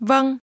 Vâng